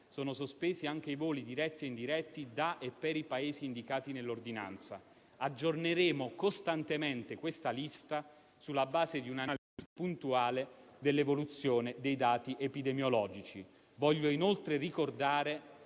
sono sospesi anche i voli diretti e indiretti da e per i Paesi indicati nell'ordinanza. Aggiorneremo costantemente questa lista sulla base di un'analisi puntuale dell'evoluzione dei dati epidemiologici.